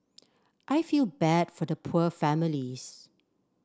I feel bad for the poor families